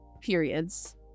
periods